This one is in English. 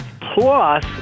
plus